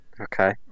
Okay